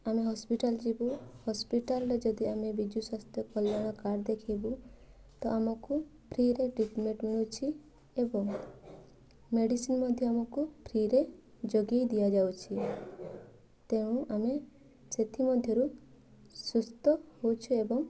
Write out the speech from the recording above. ଆମେ ହସ୍ପିଟାଲ୍ ଯିବୁ ହସ୍ପିଟାଲ୍ରେ ଯଦି ଆମେ ବିଜୁ ସ୍ୱାସ୍ଥ୍ୟ କଲ୍ୟାଣ କାର୍ଡ଼୍ ଦେଖାଇବୁ ତ ଆମକୁ ଫ୍ରିରେ ଟ୍ରିଟମେଣ୍ଟ୍ ମିଳୁଛି ଏବଂ ମେଡ଼ିସିନ୍ ମଧ୍ୟ ଆମକୁ ଫ୍ରିରେ ଯୋଗାଇ ଦିଆଯାଉଛି ତେଣୁ ଆମେ ସେଥିମଧ୍ୟରୁ ସୁସ୍ଥ ହେଉଛୁ ଏବଂ